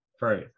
right